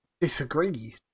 disagree